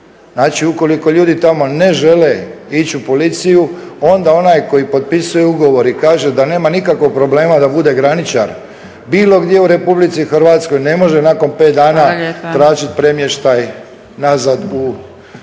Znači ukoliko ljudi tamo ne žele ići u policiju onda onaj koji potpisuje ugovor i kaže da nema nikakvog problema da bude graničar bilo gdje u Republici Hrvatskoj ne može nakon pet dana tražiti … …/Upadica Zgrebec: